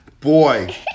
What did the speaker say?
Boy